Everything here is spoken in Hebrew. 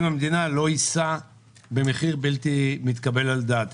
המדינה לא יישא במחיר בלתי מתקבל על הדעת.